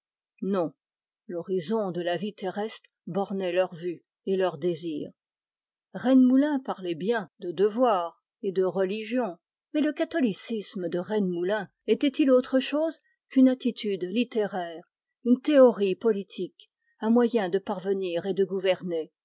non l'horizon de la vie terrestre bornait leur vue et leur désir rennemoulin parlait bien de devoir et de religion mais le catholicisme de rennemoulin n'était qu'une attitude littéraire une théorie politique un moyen de parvenir et de gouverner